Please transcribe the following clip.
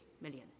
million